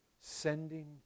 sending